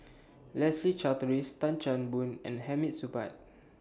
Leslie Charteris Tan Chan Boon and Hamid Supaat